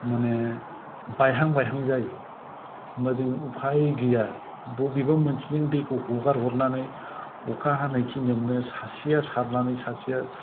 माने बायहां बायहां जायो होनब्ला जोङो उफाय गैया बबेबा मोनसेजों दैखौ हगार हरनानै अखा हानाय खिनिआवनो सासेआ सारनानै सासेआ